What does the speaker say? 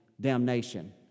damnation